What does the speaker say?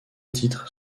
titres